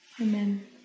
Amen